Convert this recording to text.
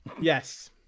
Yes